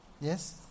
Yes